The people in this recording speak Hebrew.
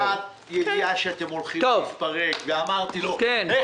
הייתה ידיעה שאתם הולכים להתפרק, ואמרתי: לא.